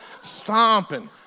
stomping